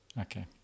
Okay